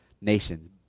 nations